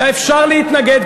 אפשר להתנגד,